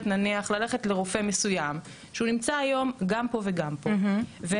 נניח ללכת לרופא מסוים שהוא נמצא היום גם פה וגם פה,